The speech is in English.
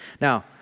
Now